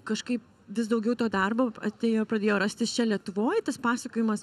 kažkaip vis daugiau to darbo atėjo pradėjo rastis čia lietuvoj tas pasakojimas